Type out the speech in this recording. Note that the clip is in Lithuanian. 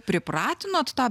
pripratinot tą